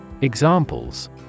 Examples